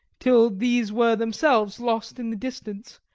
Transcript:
till these were themselves lost in the distance,